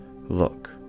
Look